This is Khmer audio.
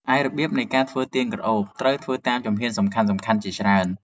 ឯរបៀបនៃការធ្វើទៀនក្រអូប ត្រូវធ្វើតាមជំហានសំខាន់ៗជាច្រើន។